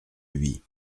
lui